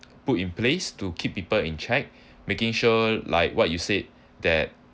put in place to keep people in check making sure like what you said that